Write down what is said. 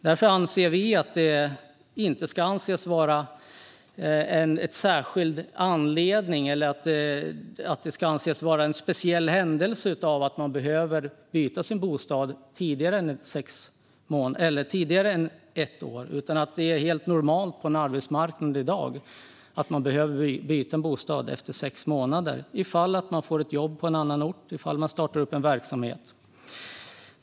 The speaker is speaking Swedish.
Därför anser vi inte att det ska krävas en särskild anledning eller en speciell händelse om man behöver byta sin bostad efter mindre än ett år. Det är helt normalt på en arbetsmarknad i dag att man efter sex månader får ett jobb på en annan ort eller kanske startar upp en verksamhet och därför behöver byta bostad.